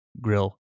grill